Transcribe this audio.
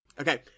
Okay